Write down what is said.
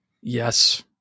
Yes